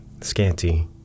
scanty